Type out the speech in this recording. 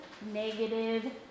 negative